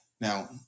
Now